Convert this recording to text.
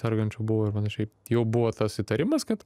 sergančių buvo ir panašiai jau buvo tas įtarimas kad